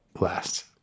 last